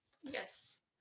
Yes